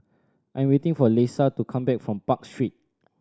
I am waiting for Lesa to come back from Park Street